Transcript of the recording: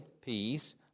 peace